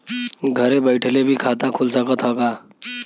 घरे बइठले भी खाता खुल सकत ह का?